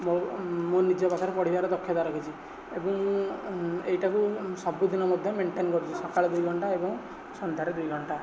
ମୋ ମୋ ନିଜ ପାଖରେ ପଢ଼ିବାର ଦକ୍ଷତା ରଖିଛି ଏବଂ ଏଇଟାକୁ ସବୁଦିନ ମଧ୍ୟ ମେନ୍ଟେନ୍ କରୁଛି ସକାଳୁ ଦୁଇ ଘଣ୍ଟା ଏବଂ ସନ୍ଧ୍ୟାରେ ଦୁଇ ଘଣ୍ଟା